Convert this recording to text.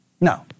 no